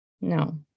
No